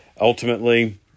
Ultimately